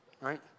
Right